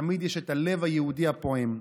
תמיד יש את הלב היהודי הפועם.